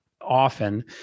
often